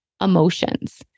emotions